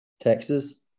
Texas